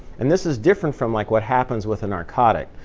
and this is different from like what happens with a narcotic.